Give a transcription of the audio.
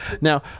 Now